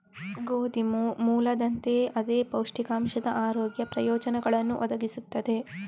ಗೋಧಿ ಮೂಲದಂತೆಯೇ ಅದೇ ಪೌಷ್ಟಿಕಾಂಶದ ಆರೋಗ್ಯ ಪ್ರಯೋಜನಗಳನ್ನು ಒದಗಿಸುತ್ತದೆ